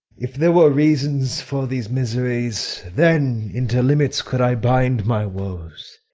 if there were reason for these miseries, then into limits could i bind my woes.